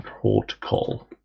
Protocol